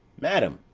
madam,